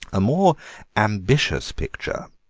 a more ambitious picture,